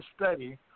study